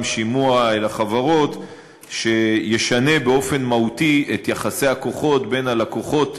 שימוע לחברות שישנה באופן מהותי את יחסי הכוחות בין הלקוחות